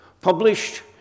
published